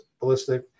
ballistic